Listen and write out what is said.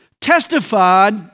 testified